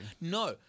no